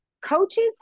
coaches